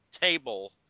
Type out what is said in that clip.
table